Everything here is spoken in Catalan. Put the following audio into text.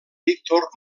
víctor